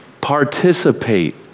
Participate